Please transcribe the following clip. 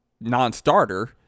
non-starter